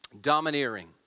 domineering